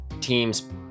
teams